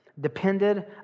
depended